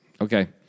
Okay